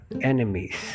enemies